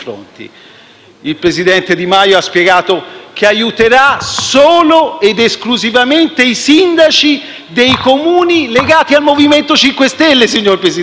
Il presidente Di Maio ha spiegato che aiuterà solo ed esclusivamente i sindaci dei Comuni legati al Movimento 5 Stelle, signor Presidente.